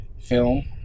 film